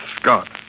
Scott